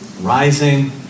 rising